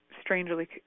strangely